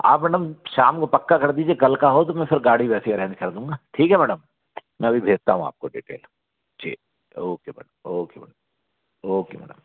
आप मैडम शाम को पक्का कर दीजिए कल का हो तो मैं फिर गाड़ी वैसी अरैन्ज कर दूँगा ठीक है मैडम मैं अभी भेजता हूँ आपको डीटेल जी okay madam okay madam okay madam